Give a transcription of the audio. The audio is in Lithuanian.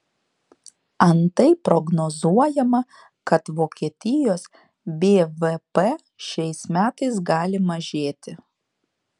antai prognozuojama kad vokietijos bvp šiais metais gali mažėti